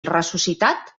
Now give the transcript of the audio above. ressuscitat